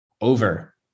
Over